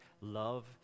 love